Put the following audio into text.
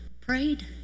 Prayed